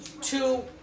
two